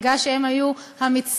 מכיוון שהן היו המצטיינות,